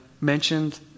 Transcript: mentioned